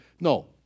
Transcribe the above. No